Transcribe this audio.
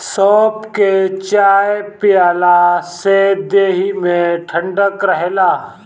सौंफ के चाय पियला से देहि में ठंडक रहेला